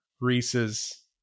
Reese's